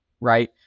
right